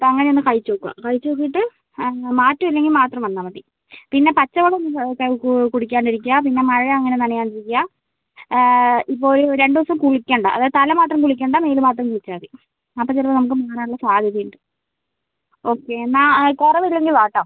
അപ്പം അങ്ങനെയൊന്ന് കഴിച്ച് നോക്കുക കഴിച്ച് നോക്കിയിട്ട് മാറ്റമില്ലെങ്കിൽ മാത്രം വന്നാൽ മതി പിന്നെ പച്ച വെള്ളം കഴികു കുടിക്കാണ്ടിരിക്കുക മഴ അങ്ങനെ നനയാണ്ടിരിക്കുക ഇപ്പോൾ ഒരു രണ്ട് ദിവസം കുളിക്കേണ്ട അതായത് തല മാത്രം കുളിക്കേണ്ട മേൽ മാത്രം കുളിച്ചാൽ മതി അപ്പം ചിലപ്പം നമുക്ക് മാറാനുള്ള സാധ്യത ഉണ്ട് ഓക്കെ എന്നാൽ കുറവില്ലെങ്കിൽ വാ കേട്ടോ